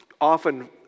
often